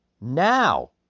now